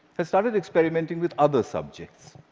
i started experimenting with other subjects,